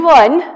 one